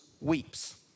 weeps